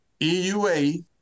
EUA